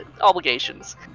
obligations